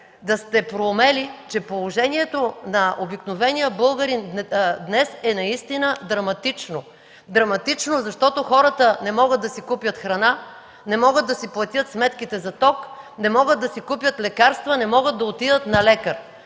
да сте проумели, че положението на обикновения българин днес е наистина драматично – драматично, защото хората не могат да си купят храна, не могат да си платят сметките за ток, не могат да си купят лекарства, не могат да отидат на лекар.